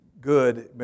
good